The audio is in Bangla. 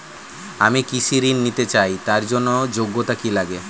আমি কৃষি ঋণ নিতে চাই তার জন্য যোগ্যতা কি লাগে?